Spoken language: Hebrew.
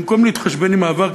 במקום להתחשבן עם העבר,